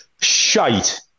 shite